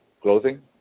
clothing